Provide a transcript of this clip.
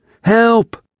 Help